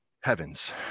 heavens